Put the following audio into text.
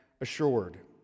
assured